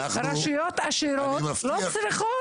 רשויות עשירות לא צריכות,